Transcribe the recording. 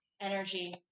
energy